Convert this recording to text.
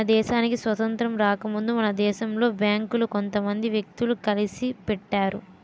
మన దేశానికి స్వాతంత్రం రాకముందే మన దేశంలో బేంకులు కొంత మంది వ్యక్తులు కలిసి పెట్టారు